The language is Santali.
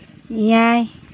ᱮᱭᱟᱭ